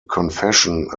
confession